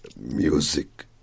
music